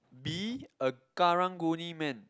be a karang guni man